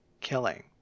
killing